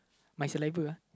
my saliva uh